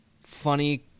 funny